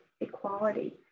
equality